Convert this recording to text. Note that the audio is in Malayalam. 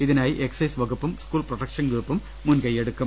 ഇതിനായി എക്സൈസ് വകുപ്പും സ്കൂൾ പ്രൊട്ടക്ഷൻ ഗ്രൂപ്പും മുൻകയ്യെടുക്കും